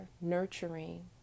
nurturing